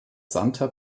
santer